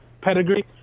Pedigree